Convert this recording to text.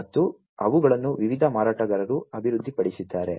ಮತ್ತು ಅವುಗಳನ್ನು ವಿವಿಧ ಮಾರಾಟಗಾರರು ಅಭಿವೃದ್ಧಿಪಡಿಸಿದ್ದಾರೆ